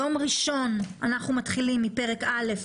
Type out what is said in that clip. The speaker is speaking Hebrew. ביום ראשון אנחנו מתחילים מפרק א',